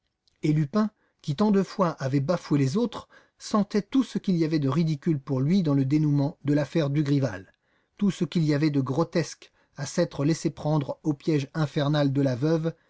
et lupin qui tant de fois avait bafoué les autres sentait tout ce qu'il y avait de ridicule pour lui dans le dénouement de l'affaire dugrival tout ce qu'il y avait de grotesque à s'être laissé prendre au piège infernal de la veuve